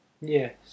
Yes